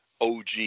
OG